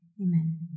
Amen